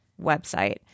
website